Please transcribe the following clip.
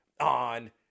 On